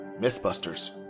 Mythbusters